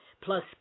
plus